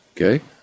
Okay